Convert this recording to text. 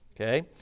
Okay